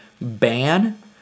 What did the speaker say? ban